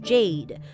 Jade